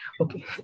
okay